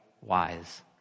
wise